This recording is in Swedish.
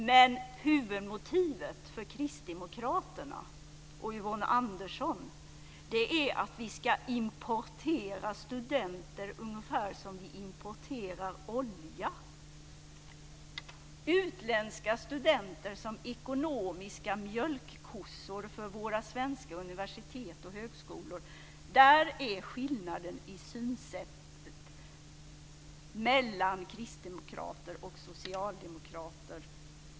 Men huvudmotivet för Kristdemokraterna och Yvonne Andersson är att vi ska importera studenter ungefär som vi importerar olja. Utländska studenter ska vara ekonomiska mjölkkossor för våra svenska universitet och högskolor. Där finns skillnaden i synsätt mellan kristdemokrater och socialdemokrater.